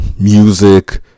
Music